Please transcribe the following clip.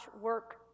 work